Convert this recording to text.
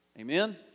Amen